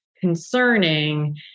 concerning